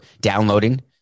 downloading